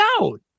out